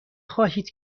خواهید